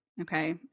Okay